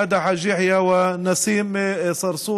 חמד חאג' יחיא ונסים צרצור.